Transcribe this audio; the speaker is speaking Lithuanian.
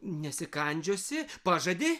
nesikandžiosi pažadi